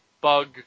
bug